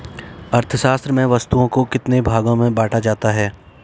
अर्थशास्त्र में वस्तुओं को कितने भागों में बांटा जाता है?